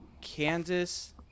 Kansas